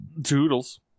Doodles